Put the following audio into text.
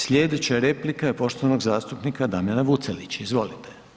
Slijedeća replika je poštovanog zastupnika Damjana Vucdlića, izvolite.